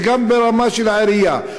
וגם ברמה של העירייה,